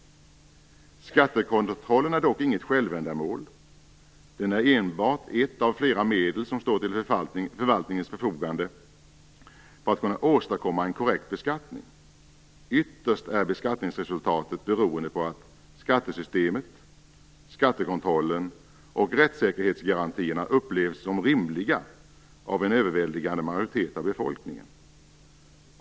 Skattekontrollen är dock inget självändamål. Den är enbart ett av flera medel som står till förvaltningens förfogande för att kunna åstadkomma en korrekt beskattning. Ytterst är beskattningsresultatet beroende på att skattesystemet, skattekontrollen och rättssäkerhetsgarantierna upplevs som rimliga av en överväldigande majoritet av befolkningen.